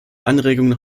anregungen